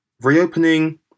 Reopening